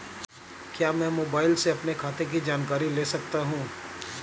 क्या मैं मोबाइल से अपने खाते की जानकारी ले सकता हूँ?